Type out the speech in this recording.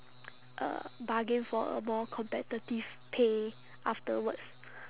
uh bargain for a more competitive pay afterwards